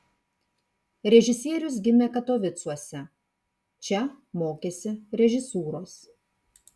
režisierius gimė katovicuose čia mokėsi režisūros